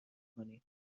کنیم